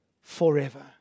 forever